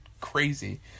crazy